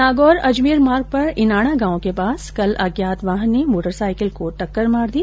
नागौर अजमेर मार्ग पर इनाणा गांव के पास कल अज्ञात वाहन ने मोटरसाइकिल को टक्कर मार दी